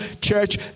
church